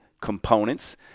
components